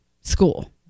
school